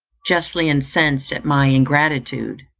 justly incensed at my ingratitude,